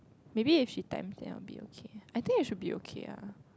maybe if she times then I will be okay I think it should be okay lah